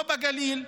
לא בגליל,